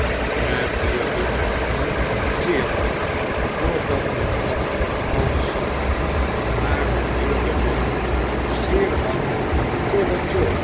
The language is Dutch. het duurde met zeer lang voordat men dat alles zag maar het duurde wel zeer lang voordat joe